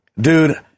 dude